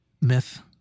Myth